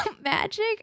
magic